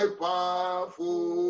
powerful